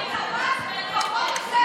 אנחנו בודקים הכול,